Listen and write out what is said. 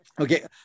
Okay